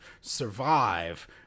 survive